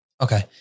Okay